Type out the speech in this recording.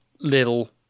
little